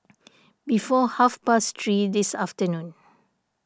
before half past three this afternoon